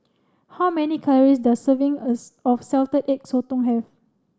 how many calories does a serving of salted egg sotong have